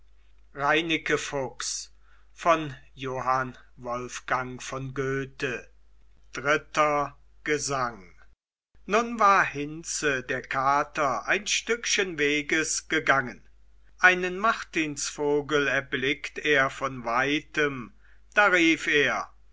dritter gesang nun war hinze der kater ein stückchen weges gegangen einen martins vogel erblickt er von weitem da rief er